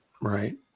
Right